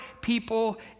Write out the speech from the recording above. people